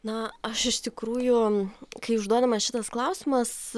na aš iš tikrųjų kai užduodamas šitas klausimas